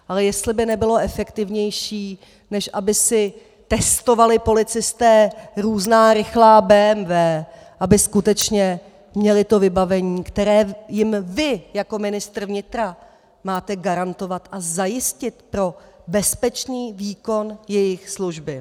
Ale jestli by nebylo efektivnější, než aby si testovali policisté různá rychlá BMW, aby skutečně měli vybavení, které jim vy jako ministr vnitra máte garantovat a zajistit pro bezpečný výkon jejich služby.